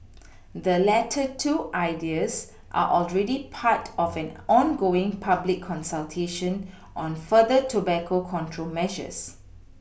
the latter two ideas are already part of an ongoing public consultation on further tobacco control measures